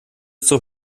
zur